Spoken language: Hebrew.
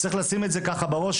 צריך לשים את זה ככה בראש,